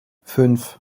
fünf